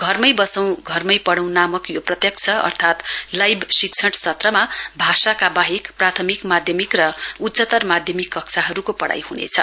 घरैमा वसौं घरमै पढौं को नामक यो प्रत्यक्ष अर्थात लाइभ शिक्षण सत्रमा भाषाका वाहेक प्राथमिक माध्यमिक र उच्चतर माध्यमिक कक्षाहरुको पढ़ाई हुनेछ